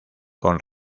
con